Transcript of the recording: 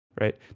right